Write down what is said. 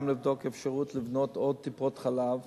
גם לבדוק אפשרות לבנות עוד טיפות-חלב,